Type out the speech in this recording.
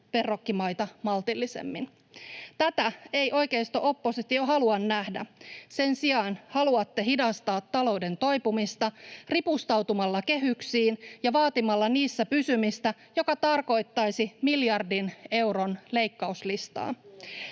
verrokkimaita maltillisemmin. Tätä ei oikeisto-oppositio halua nähdä. Sen sijaan haluatte hidastaa talouden toipumista ripustautumalla kehyksiin ja vaatimalla niissä pysymistä, mikä tarkoittaisi miljardin euron leikkauslistaa.